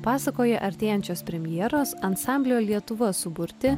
pasakoja artėjančios premjeros ansamblio lietuva suburti